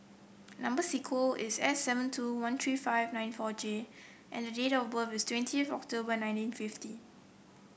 number sequence is S seven two one three five nine four J and date of birth is twentieth of October nineteen fifty